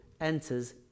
enters